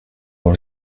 dans